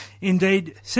Indeed